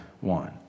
one